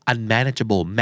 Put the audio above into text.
Unmanageable